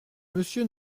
monsieur